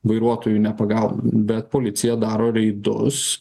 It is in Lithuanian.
vairuotojų nepagavome bet policija daro reidus